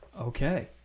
Okay